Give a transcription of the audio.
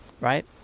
right